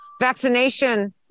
vaccination